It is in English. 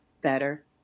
better